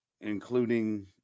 including